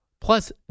Plus